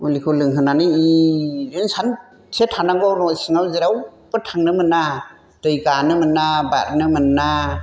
मुलिखौ लोंहोनानै इजों सानसे थानांगौ न'सिङाव जेरावबो थांनो मोना दै गानो मोना बाथनो मोना